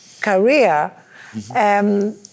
career